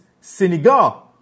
Senegal